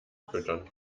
füttern